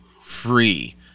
Free